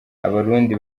abarundi